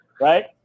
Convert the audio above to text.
Right